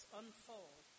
unfold